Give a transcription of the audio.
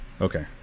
Okay